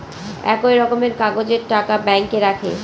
একই রকমের কাগজের টাকা ব্যাঙ্কে রাখে